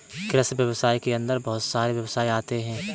कृषि व्यवसाय के अंदर बहुत सारे व्यवसाय आते है